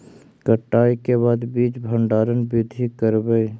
कटाई के बाद बीज भंडारन बीधी करबय?